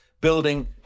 building